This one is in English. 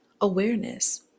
Awareness